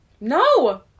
no